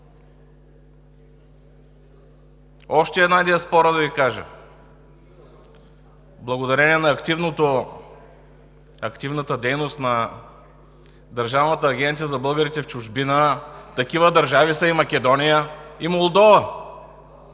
Още една диаспора да Ви кажа. Благодарение на активната дейност на Държавната агенция за българите в чужбина такива държави са и Македония, и Молдова!